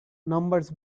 numbers